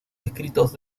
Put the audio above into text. escritos